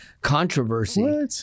controversy